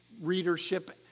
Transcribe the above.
readership